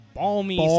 balmy